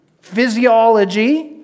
physiology